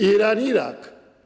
Iran, Irak.